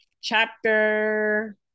chapter